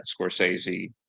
scorsese